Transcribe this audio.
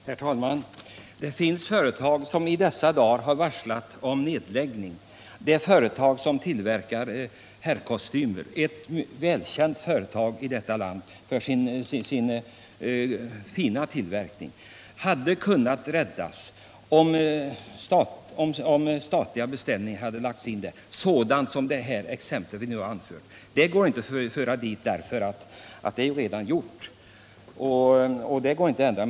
Herr talman! Det finns företag som i dessa dagar har varslat om nedläggning. Jag tänker närmast på ett för sin fina tillverkning av herrkostymer välkänt företag som hade kunnat räddas, om statliga beställningar av den typ som vi nu talar om lagts ut där. De exempel som vi anfört är ju redan ett faktum — det går inte att ändra.